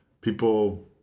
people